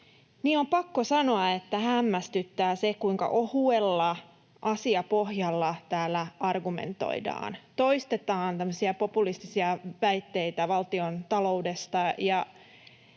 on pakko sanoa, että hämmästyttää, kuinka ohuella asiapohjalla täällä argumentoidaan. Toistetaan tämmöisiä populistisia väitteitä valtiontaloudesta.